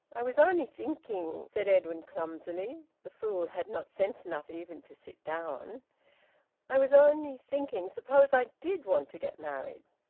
i was only thinking, said edwin clumsily the fool had not sense enough even to sit down i was only thinking, suppose i did want to get married.